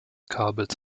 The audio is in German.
kabels